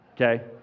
okay